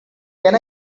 can